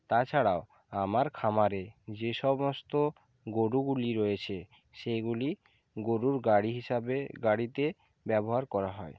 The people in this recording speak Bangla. তাছাড়াও আমার খামারে যে সমস্ত গোরুগুলি রয়েছে সেগুলি গোরুর গাড়ি হিসাবে গাড়িতে ব্যবহার করা হয়